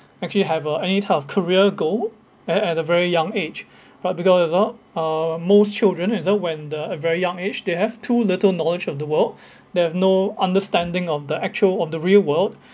actually have uh any type of career goal at at a very young age right because it's uh uh most children it's uh when the at very young age they have too little knowledge of the world they have no understanding of the actual of the real world